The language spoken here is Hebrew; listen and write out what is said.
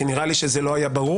כי נראה לי שזה לא היה ברור,